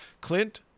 Clint